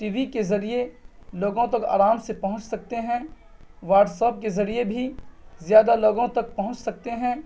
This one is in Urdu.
ٹی وی کے ذریعے لوگوں تک آرام سے پہنچ سکتے ہیں واٹس اپ کے ذریعے بھی زیادہ لوگوں تک پہنچ سکتے ہیں